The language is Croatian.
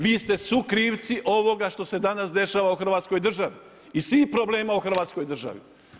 Vi ste sukrivci ovoga što se danas dešava u Hrvatskoj državi i svih problema u Hrvatskoj državi.